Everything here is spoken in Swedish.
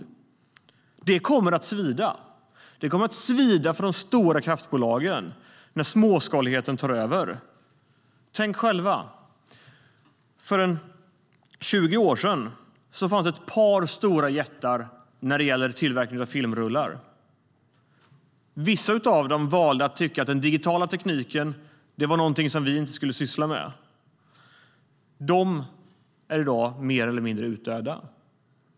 Det kommer att svida. Det kommer att svida för de stora kraftbolagen när småskaligheten tar över. Tänk själva: För 20 år sedan fanns det några stora jättar för tillverkning av filmrullar. Vissa av dem valde att tycka att den digitala tekniken var något vi inte skulle syssla med. De är i dag mer eller mindre utdöda.